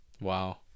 wow